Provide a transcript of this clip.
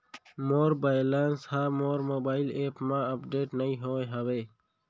मोर balance हा मोर mobile app मा अपडेट नहीं होय हवे